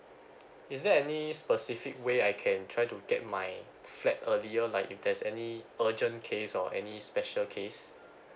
is there any specific way I can try to get my flat earlier like if there's any urgent case or any special case